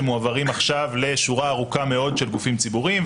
שמועברים עכשיו לשורה ארוכה מאוד של גופים ציבוריים,